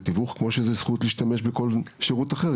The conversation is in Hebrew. תיווך בדיוק כמו שזו זכות להשתמש בכל שירות אחר.